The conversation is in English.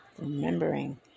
Remembering